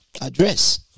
address